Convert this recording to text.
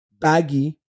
baggy